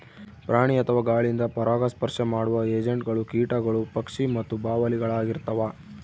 ಪ್ರಾಣಿ ಅಥವಾ ಗಾಳಿಯಿಂದ ಪರಾಗಸ್ಪರ್ಶ ಮಾಡುವ ಏಜೆಂಟ್ಗಳು ಕೀಟಗಳು ಪಕ್ಷಿ ಮತ್ತು ಬಾವಲಿಳಾಗಿರ್ತವ